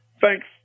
thanks